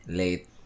late